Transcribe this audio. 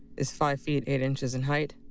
is five feet, eight inches in height,